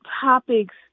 topics